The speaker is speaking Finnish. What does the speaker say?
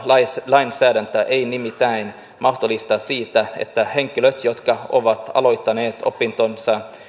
lainsäädäntö ei nimittäin mahdollista sitä että henkilöt jotka ovat aloittaneet opintonsa